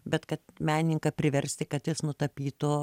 bet kad menininką priversti kad jis nutapytų